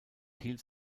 hielt